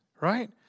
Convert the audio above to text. Right